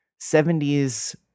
70s